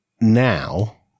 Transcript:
now